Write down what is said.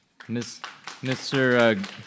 Mr